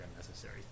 unnecessary